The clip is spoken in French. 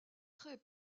très